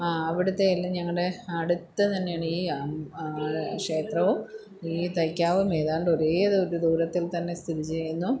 അവിടുത്തെ എല്ലാ ഞങ്ങളുടെ അടുത്ത്തന്നെയാണ് ഈ അം ക്ഷേത്രവും ഈ തൈക്കാവും ഏതാണ്ട് ഒരേ ദൂരത്തിൽത്തന്നെ സ്ഥിതിചെയ്യുന്നു